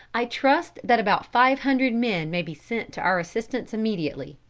i trust that about five hundred men may be sent to our assistance immediately.